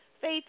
Faith